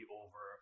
over